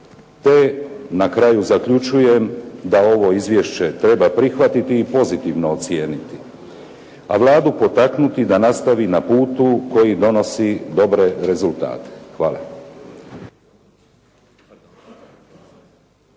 Te na kraju zaključujem da ovo izvješće treba prihvatiti i pozitivno ocijeniti, a Vladu potaknuti da nastavi na putu koji donosi dobre rezultate. Hvala.